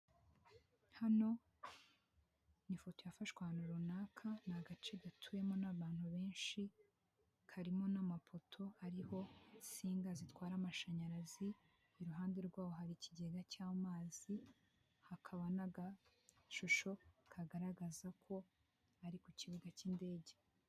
Hano ni ifoto yafashwe ahantu runaka, ni agace gatuwemo n'abantu benshi, karimo n'amapoto hariho insinga zitwara amashanyarazi, iruhande rw'aho hari ikigega cy'amazi, hakaba n'agashusho kagaragaza ko ari ku kibuga cy'indege.